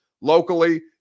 locally